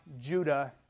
Judah